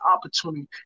opportunity